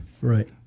right